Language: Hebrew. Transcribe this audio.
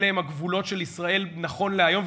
אלה הם הגבולות של ישראל נכון להיום,